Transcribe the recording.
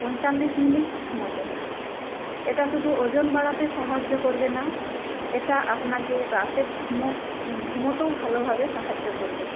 পঁয়তাল্লিশ মিনিট ঘুমোতে হবে এটা শুধু ওজন বাড়াতে সাহায্য করবে না এটা আপনাকে রাতে ঘুমও ঘুমোতেও ভালোভাবে সাহায্য করবে